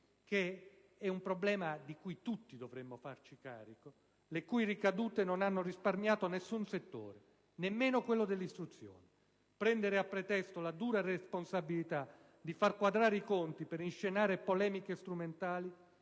- un problema di cui tutti dovremmo farci carico - le cui ricadute non hanno risparmiato nessun settore, nemmeno quello dell'istruzione. Prendere a pretesto la dura responsabilità di far quadrare i conti per inscenare polemiche strumentali